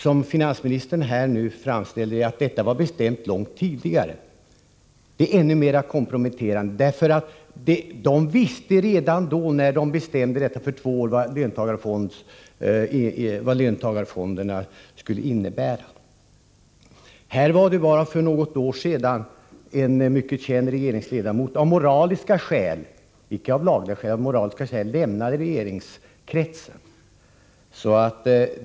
Det förhållandet att omorganisationen, som finansministern säger, var bestämd långt tidigare är ännu mer komprometterande. De visste ju redan när de bestämde detta för två år sedan, vad löntagarfonderna skulle innebära. Bara för något år sedan lämnade en mycket känd regeringsledamot av moraliska skäl — inte av lagliga skäl — regeringskretsen.